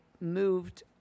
moved